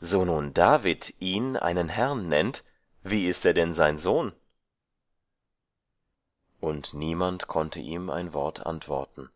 so nun david ihn einen herrn nennt wie ist er denn sein sohn und niemand konnte ihm ein wort antworten